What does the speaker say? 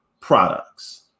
products